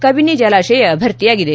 ಕಬಿನಿ ಜಲಾಶಯ ಭರ್ತಿಯಾಗಿದೆ